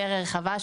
יותר רחבה,